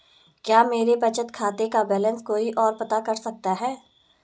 क्या मेरे बचत खाते का बैलेंस कोई ओर पता कर सकता है?